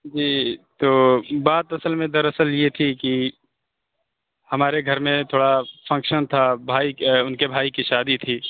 جی تو بات اصل میں در اصل یہ تھی کہ ہمارے گھر میں تھوڑا فنکشن تھا بھائی کے اُن کے بھائی کی شادی تھی